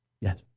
Yes